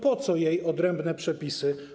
Po co jej odrębne przepisy?